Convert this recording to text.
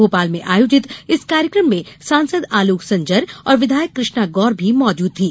भोपाल में आयोजित इस कार्यक्रम में सांसद आलोक संजर और विधायक कृष्णा गौर भी मौजूद थीं